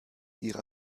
ihrer